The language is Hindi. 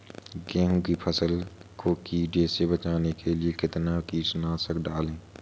गेहूँ की फसल को कीड़ों से बचाने के लिए कितना कीटनाशक डालें?